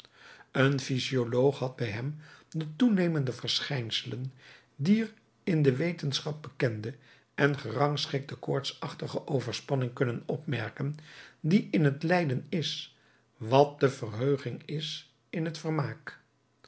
een physioloog had bij hem de toenemende verschijnselen dier in de wetenschap bekende en gerangschikte koortsachtige overspanning kunnen opmerken die in het lijden is wat de verheuging is in het vermaak